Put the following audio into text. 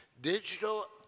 Digital